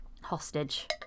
hostage